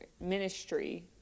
Ministry